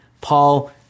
Paul